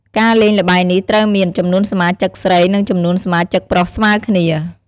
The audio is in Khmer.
ការលេងល្បែងនេះត្រូវមាន ចំនួនសមាជិកស្រី និងចំនួនសមាជិកប្រុសស្មើគ្នា។